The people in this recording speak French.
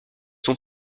son